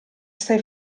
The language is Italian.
stai